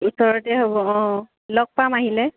ওচৰতে হ'ব অঁ লগ পাম আহিলে